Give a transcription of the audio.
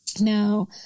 Now